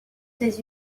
ses